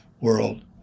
world